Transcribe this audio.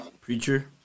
Preacher